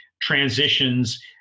transitions